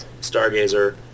Stargazer